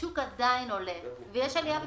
השוק עדיין עולה ויש עלייה בביקוש.